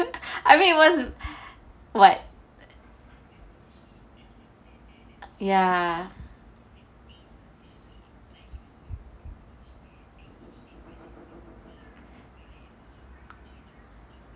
I mean it was what ya